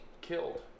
killed